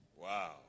Wow